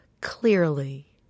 clearly